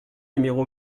numéro